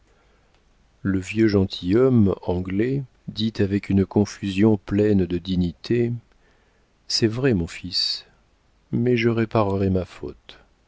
le vieux gentilhomme anglais dit avec une confusion pleine de dignité c'est vrai mon fils mais je réparerai ma faute